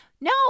No